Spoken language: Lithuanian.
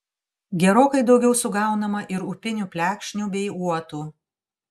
gerokai daugiau sugaunama ir upinių plekšnių bei uotų